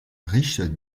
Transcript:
riche